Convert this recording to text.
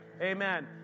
Amen